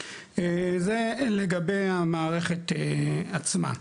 זה לגבי המערכת עצמה,